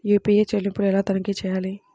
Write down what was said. UPI చెల్లింపులు ఎలా తనిఖీ చేయాలి?